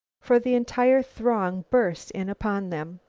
for the entire throng burst in upon them.